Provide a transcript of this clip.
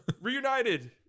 Reunited